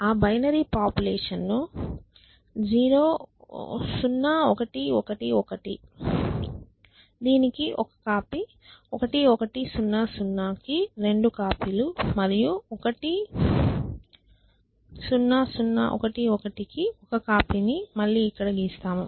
ఆ binary population ను 0 1 1 1 దీని కి ఒక కాపీ 1 1 0 0 కి 2 కాపీలు మరియు 1 0 0 1 1 కి ఒక కాపీని మళ్ళీ ఇక్కడ గీస్తాము